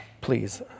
Please